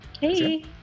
Hey